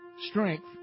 strength